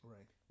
Right